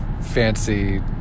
fancy